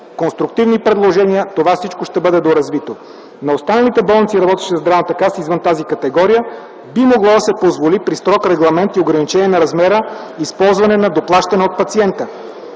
конструктивни предложения, това всичко ще бъде доразвито. На останалите болници, работещи със Здравната каса извън тази категория, би могло да се позволи при строг регламент и ограничение на размера използване на доплащане от пациента.